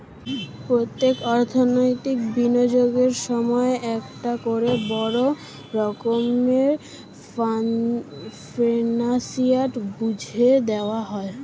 প্রত্যেকটি অর্থনৈতিক বিনিয়োগের সময়ই একটা করে বড় রকমের ফিনান্সিয়াল ঝুঁকি থেকে যায়